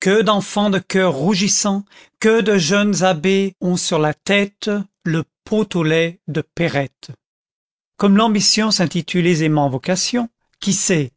que d'enfants de choeur rougissants que de jeunes abbés ont sur la tête le pot au lait de perrette comme l'ambition s'intitule aisément vocation qui sait